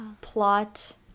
plot